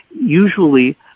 Usually